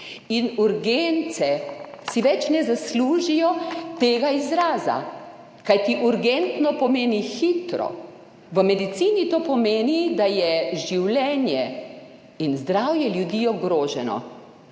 urgence si več ne zaslužijo tega izraza, kajti urgentno pomeni hitro. V medicini to pomeni, da je življenje in zdravje ljudi ogroženo.